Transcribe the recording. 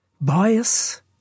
bias